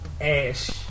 Ash